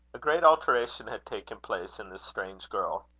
a great alteration had taken place in this strange girl.